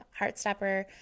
Heartstopper